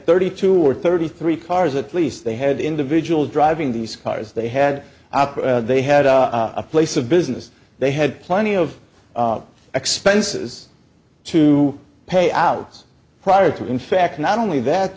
thirty two or thirty three cars at least they had individuals driving these cars they had they had a place of business they had plenty of expenses to pay outs prior to in fact not only that